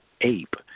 ape